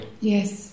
Yes